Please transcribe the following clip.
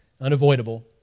unavoidable